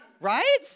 Right